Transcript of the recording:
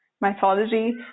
mythology